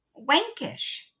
wankish